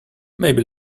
maybe